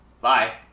Bye